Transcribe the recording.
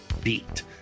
beat